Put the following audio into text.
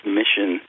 mission